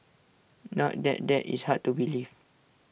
not that that is hard to believe